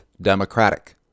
Democratic